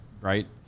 right